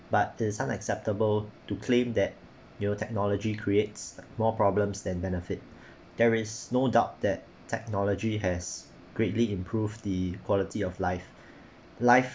but it is not acceptable to claim that new technology creates more problems than benefit there is no doubt that technology has greatly improve the quality of life life